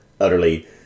utterly